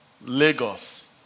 Lagos